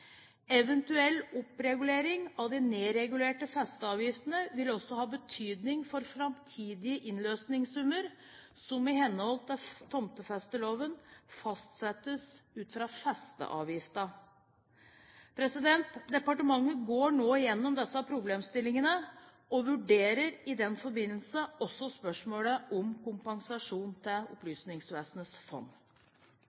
Eventuell oppregulering av de nedregulerte festeavgiftene vil også ha betydning for framtidige innløsningssummer som i henhold til tomtefesteloven fastsettes ut fra festeavgiften. Departementet går nå gjennom disse problemstillingene og vurderer i den forbindelse også spørsmålet om kompensasjon til